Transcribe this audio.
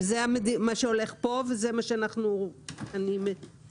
וזה מה שהולך פה וזה מה שאני ממליצה,